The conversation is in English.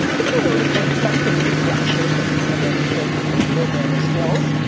if you notice the sentence structure, something i never understood cause i have no grammar skills.